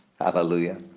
Hallelujah